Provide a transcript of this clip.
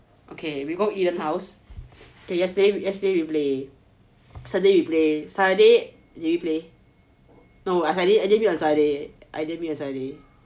okay we go ian house then yesterday yesterday we play sunday we play saturday did we play no I didn't play on saturday didn't play on saturday